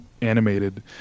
animated